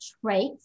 traits